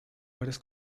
varios